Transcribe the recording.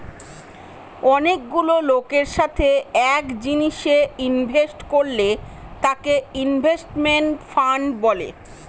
অনেকগুলা লোকের সাথে এক জিনিসে ইনভেস্ট করলে তাকে ইনভেস্টমেন্ট ফান্ড বলে